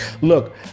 Look